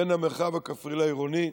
בין המרחב הכפרי לעירוני,